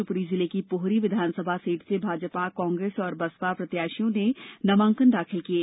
शिवपुरी जिले की पोहरी विधानसभा सीट से भाजपा कांग्रेस और बसपा प्रत्याशियों ने नामांकन दाखिल किये